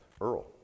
Earl